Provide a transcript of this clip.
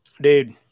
dude